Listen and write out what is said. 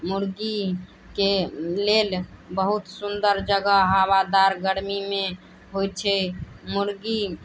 मुर्गीके लेल बहुत सुन्दर जगह हवादार गर्मीमे होइ छै मुर्गी